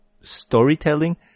storytelling